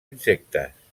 insectes